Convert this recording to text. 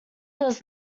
does